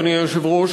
אדוני היושב-ראש,